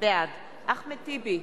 בעד אחמד טיבי,